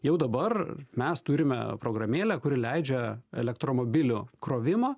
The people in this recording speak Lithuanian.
jau dabar mes turime programėlę kuri leidžia elektromobilių krovimą